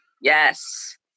Yes